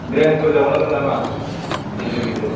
ड्रेन्टफोर जावनांगोन नामा गेजेर गेजेर